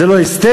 זה לא אסתטי,